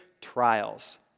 trials